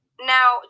now